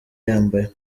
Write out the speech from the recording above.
yambaye